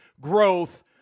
growth